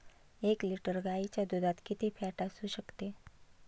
एक लिटर गाईच्या दुधात किती फॅट असू शकते?